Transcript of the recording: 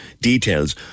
details